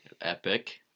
Epic